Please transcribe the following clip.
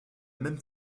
même